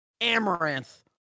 Amaranth